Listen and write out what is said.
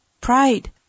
pride